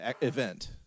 event